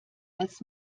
als